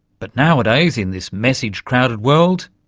but nowadays, in this message-crowded world?